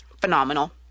phenomenal